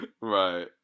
right